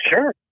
Sure